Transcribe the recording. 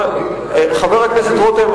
חבר הכנסת רותם,